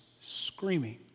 screaming